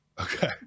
Okay